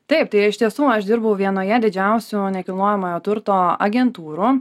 taip tai iš tiesų aš dirbau vienoje didžiausių nekilnojamojo turto agentūrų